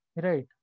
right